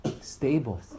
stable